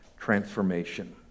transformation